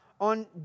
on